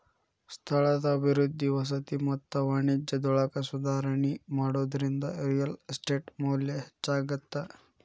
ಸ್ಥಳದ ಅಭಿವೃದ್ಧಿ ವಸತಿ ಮತ್ತ ವಾಣಿಜ್ಯದೊಳಗ ಸುಧಾರಣಿ ಮಾಡೋದ್ರಿಂದ ರಿಯಲ್ ಎಸ್ಟೇಟ್ ಮೌಲ್ಯ ಹೆಚ್ಚಾಗತ್ತ